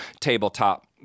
tabletop